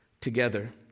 together